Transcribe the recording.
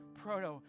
Proto